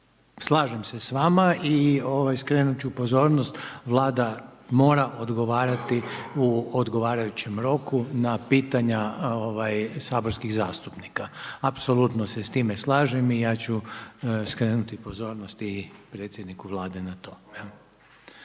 slažem se s vama i skrenut ću pozornost. Vlada mora odgovarati u odgovarajućem roku na pitanja saborskih zastupnika. Apsolutno se s time slažem i ja ću skrenuti pozornost i predsjedniku Vlade na to.